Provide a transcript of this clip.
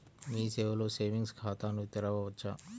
మీ సేవలో సేవింగ్స్ ఖాతాను తెరవవచ్చా?